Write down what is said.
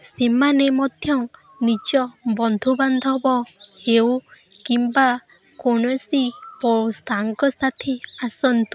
ସେମାନେ ମଧ୍ୟ ନିଜ ବନ୍ଧୁବାନ୍ଧବ ହେଉ କିମ୍ବା କୌଣସି ସାଙ୍ଗସାଥୀ ଆସନ୍ତୁ